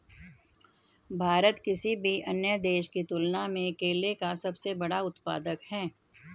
भारत किसी भी अन्य देश की तुलना में केले का सबसे बड़ा उत्पादक है